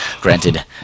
Granted